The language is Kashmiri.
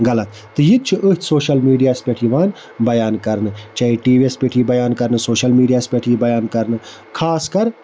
غَلَط تہٕ یہِ تہِ چھُ أتھۍ سوشَل میٖڈیاہَس پٮ۪ٹھ یِوان بَیان کَرنہٕ چاہے ٹی وی یَس پٮ۪ٹھ یی بَیان کَرنہٕ سوشَل میٖڈیاہَس پٮ۪ٹھ یی بَیان کَرنہٕ خاص کَر